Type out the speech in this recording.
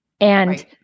And-